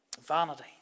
Vanity